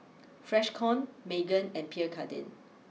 Freshkon Megan and Pierre Cardin